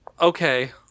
Okay